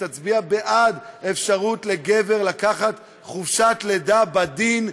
תצביע בעד אפשרות שגבר יוכל לקחת חופשת לידה בדין,